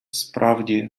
справді